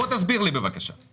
זה לא רק מיצים טבעיים.